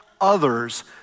others